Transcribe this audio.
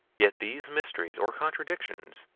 yet these mysteries, or contradictions,